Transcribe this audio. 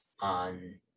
on